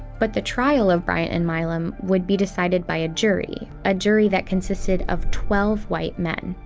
but the trial of bryant and milam would be decided by a jury. a jury that consisted of twelve white men.